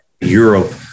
Europe